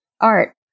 art